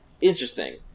Interesting